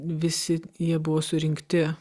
visi jie buvo surinkti